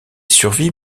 survit